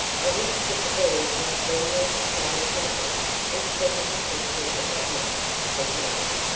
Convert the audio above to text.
i wish that the boys would spring their surprise tonight and settle the question of that note, said marion.